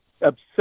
obsessed